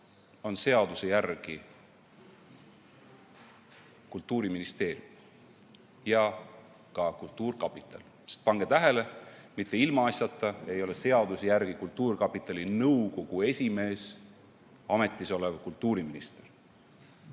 on seaduse järgi Kultuuriministeerium ja ka kultuurkapital. Sest pange tähele, mitte ilmaasjata ei ole seaduse järgi kultuurkapitali nõukogu esimees ametis olev kultuuriminister.